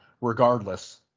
regardless